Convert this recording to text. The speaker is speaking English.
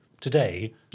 Today